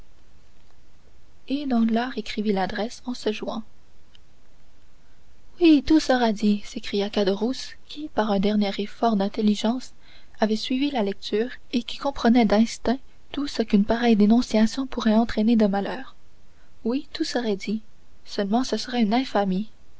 et danglars écrivit l'adresse en se jouant oui tout serait dit s'écria caderousse qui par un dernier effort d'intelligence avait suivi la lecture et qui comprenait d'instinct tout ce qu'une pareille dénonciation pourrait entraîner de malheur oui tout serait dit seulement ce serait une infamie